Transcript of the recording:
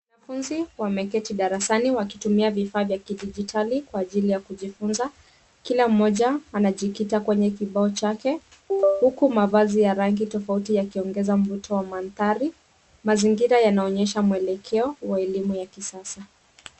Wanafunzi wameketi darasani wakitumia vifaa vya kidigitari kwa ajili ya kujifunza. Kila mmoja anajikita kwenye kibao chake huku mavazi ya rangi tofauti yakiongeza mvuto wa mandhari. Mazingira yanaonyesha mwelekeo wa elimu ya kisasa.